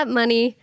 money